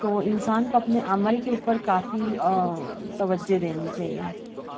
تو انسان کو اپنے عمل کے اوپر کافی توجہ دینی چاہیے